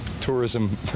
Tourism